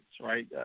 right